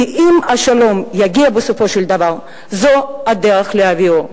כי אם השלום יגיע בסופו של דבר, זו הדרך להביאו.